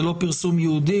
זה לא פרסום ייעודי,